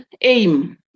aim